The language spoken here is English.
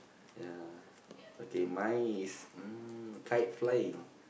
ya okay mine is mm kite flying